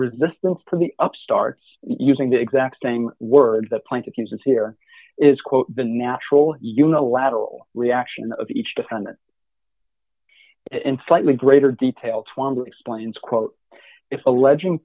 resistance to the up starts using the exact same words that point to cases here is quote the natural unilateral reaction of each defendant in slightly greater detail twaddle explains quote if alleging